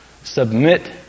submit